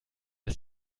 ist